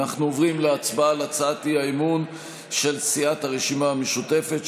אנחנו עוברים להצבעה על הצעת האי-אמון של סיעת הרשימה המשותפת,